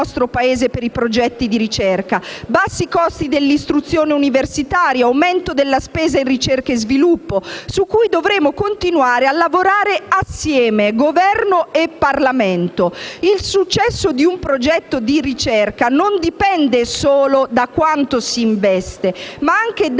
Il successo di un progetto di ricerca non dipende solo da quanto si investe, ma anche dalle persone e